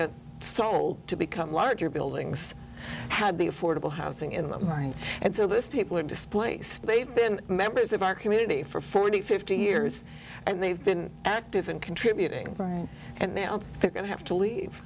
et sold to become larger buildings had be affordable housing in the mind and so this people are displaced they've been members of our community for forty fifty years and they've been active and contributing and now they're going to have to leave